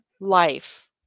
life